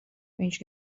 viņš